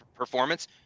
performance